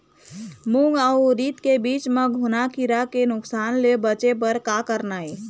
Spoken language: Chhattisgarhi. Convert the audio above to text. मूंग अउ उरीद के बीज म घुना किरा के नुकसान ले बचे बर का करना ये?